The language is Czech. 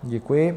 Děkuji.